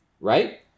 right